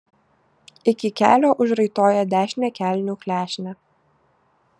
iki kelio užraitoja dešinę kelnių klešnę